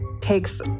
takes